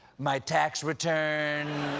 my tax return,